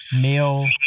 male